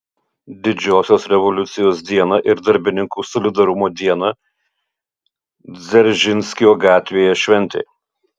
didžiosios revoliucijos dieną ir darbininkų solidarumo dieną dzeržinskio gatvėje šventė